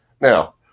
Now